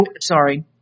sorry